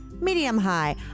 medium-high